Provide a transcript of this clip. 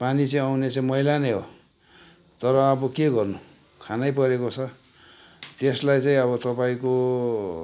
पानी चाहिँ आउने चाहिँ मैला नै हो तर अब के गर्नु खानै परेको छ त्यसलाई चाहिँ अब तपाईँको